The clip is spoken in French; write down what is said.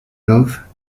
love